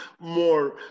more